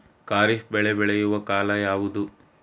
ಖಾರಿಫ್ ಬೆಳೆ ಬೆಳೆಯುವ ಕಾಲ ಯಾವುದು?